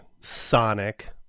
Sonic